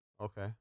okay